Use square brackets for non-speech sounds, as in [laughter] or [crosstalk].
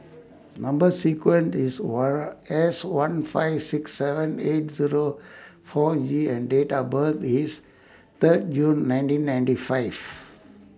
Number sequence IS [unintelligible] S one five six seven eight Zero four G and Date of birth IS Third June nineteen ninety five